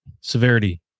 severity